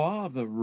Father